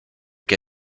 que